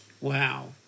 Wow